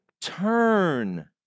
turn